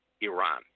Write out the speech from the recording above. Iran